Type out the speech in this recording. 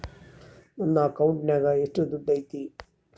ನನ್ನ ಅಕೌಂಟಿನಾಗ ಎಷ್ಟು ದುಡ್ಡು ಐತಿ?